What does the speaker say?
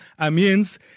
Amiens